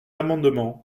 amendements